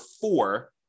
four